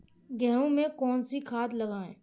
गेहूँ में कौनसी खाद लगाएँ?